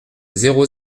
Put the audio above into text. zéro